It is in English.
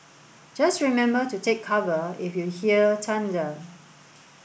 just remember to take cover if you hear thunder